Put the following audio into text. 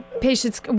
patients